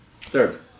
Third